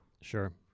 Sure